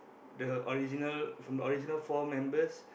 the original from the original four members